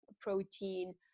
protein